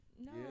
No